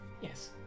yes